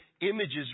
images